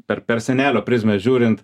per per senelio prizmę žiūrint